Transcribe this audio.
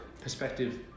perspective